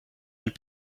and